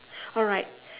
alright